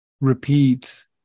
repeat